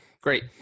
great